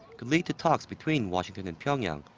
could lead to talks between washington and pyongyang.